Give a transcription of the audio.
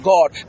God